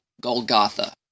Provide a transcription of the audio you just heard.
Golgotha